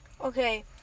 Okay